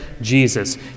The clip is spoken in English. Jesus